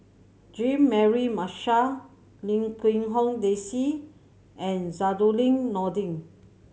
Jean Mary Marshall Lim Quee Hong Daisy and Zainudin Nordin